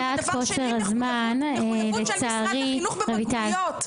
דבר שני, מחויבות של משרד החינוך בבגרויות.